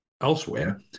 elsewhere